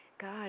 God